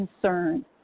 concern